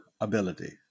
ability